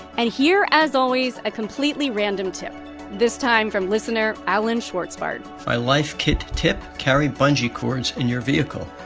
and here, as always, a completely random tip this time, from listener alan schwartzbard my life kit tip carry bungee cords in your vehicle.